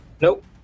Nope